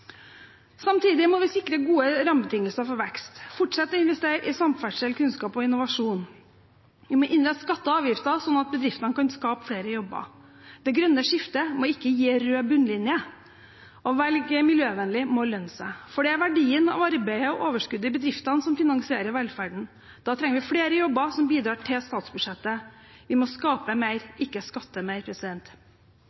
Samtidig må vi sikre gode rammebetingelser for vekst og fortsette å investere i samferdsel, kunnskap og innovasjon. Vi må innrette skatter og avgifter slik at bedriftene kan skape flere jobber. Det grønne skiftet må ikke gi en rød bunnlinje. Å velge miljøvennlig må lønne seg. For det er verdien av arbeidet og overskuddet i bedriftene som finansierer velferden. Da trenger vi flere jobber som bidrar til statsbudsjettet. Vi må skape mer,